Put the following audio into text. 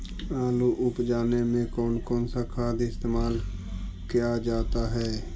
आलू उप जाने में कौन कौन सा खाद इस्तेमाल क्या जाता है?